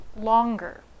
longer